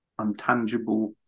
untangible